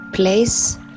Place